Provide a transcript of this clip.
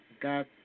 God